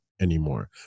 anymore